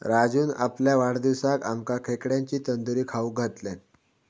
राजून आपल्या वाढदिवसाक आमका खेकड्यांची तंदूरी खाऊक घातल्यान